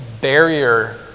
barrier